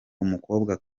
umukobwa